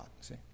see